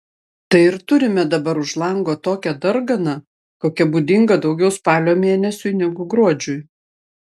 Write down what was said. tai ir turime dabar už lango tokią darganą kokia būdinga daugiau spalio mėnesiui negu gruodžiui